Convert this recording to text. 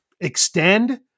extend